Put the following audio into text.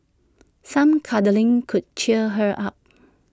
some cuddling could cheer her up